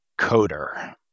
coder